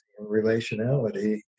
relationality